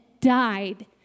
died